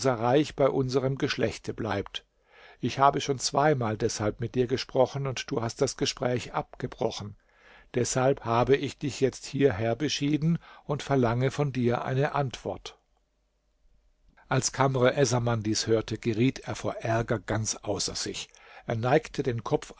reich bei unserem geschlechte bleibt ich habe schon zweimal deshalb mit dir gesprochen und du hast das gespräch abgebrochen deshalb habe ich dich jetzt hierher beschieden und ich verlange von dir eine antwort als kamr essaman dies hörte geriet er vor ärger ganz außer sich er neigte den kopf